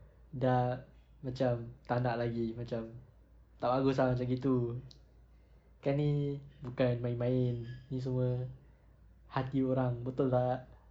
dah macam tak nak lagi macam tak bagus lah macam gitu kan ini bukan main-main ini semua hati orang betul tak